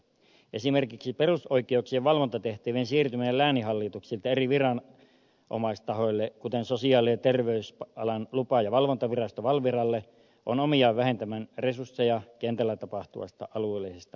esimerkiksi perusoikeuksien valvontatehtävien siirtyminen lääninhallituksilta eri viranomaistahoille kuten sosiaali ja terveysalan lupa ja valvontavirasto valviralle on omiaan vähentämään resursseja kentällä tapahtuvasta alueellisesta valvontatyöstä